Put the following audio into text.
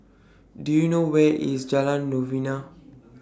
Do YOU know Where IS Jalan Novena